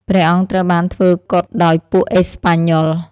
ព្រះអង្គត្រូវបានធ្វើគុតដោយពួកអេស្ប៉ាញ៉ុល។